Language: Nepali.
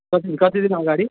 कति कति दिन अगाडि